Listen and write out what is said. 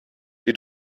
sie